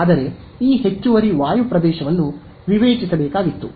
ಆದರೆ ಈ ಹೆಚ್ಚುವರಿ ವಾಯು ಪ್ರದೇಶವನ್ನು ವಿವೇಚಿಸಬೇಕಾಗಿತ್ತು